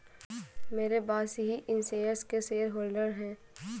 मेरे बॉस ही इन शेयर्स के शेयरहोल्डर हैं